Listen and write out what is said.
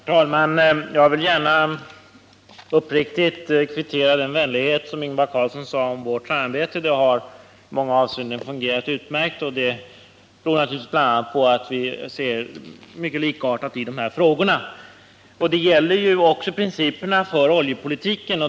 Herr talman! Jag vill gärna uppriktigt kvittera den vänlighet som Ingvar Carlsson sade om vårt arbete. Det har i många avseenden fungerat utmärkt, vilket naturligtvis bl.a. beror på att vi ser mycket likartat på dessa frågor. Det gäller även principerna för oljepolitiken.